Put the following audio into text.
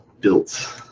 built